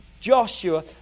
Joshua